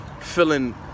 feeling